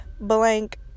blank